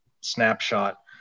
snapshot